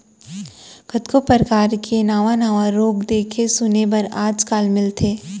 कतको परकार के नावा नावा रोग देखे सुने बर आज काल मिलथे